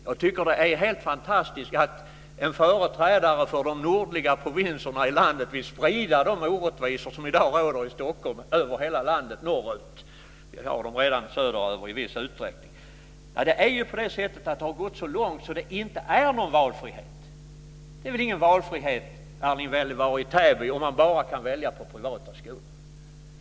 Jag tycker att det är helt fantastiskt att en företrädare för de nordliga provinserna i landet vill sprida de orättvisor som i dag råder i Stockholm över hela landet norrut. Vi har dem redan söderöver i viss utsträckning. Det har gått så långt att det inte är någon valfrihet. Det är väl ingen valfrihet i Täby, Erling Wälivaara, om man bara kan välja privata skolor?